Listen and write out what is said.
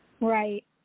right